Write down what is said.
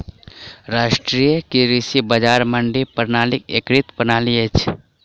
राष्ट्रीय कृषि बजार मंडी प्रणालीक एकीकृत प्रणाली अछि